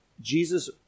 Jesus